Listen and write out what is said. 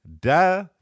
da